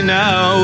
now